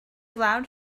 loud